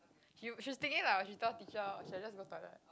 she w~ she was thinking like oh I should tell teacher or should I just go toilet